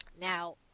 Now